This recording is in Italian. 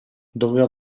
doveva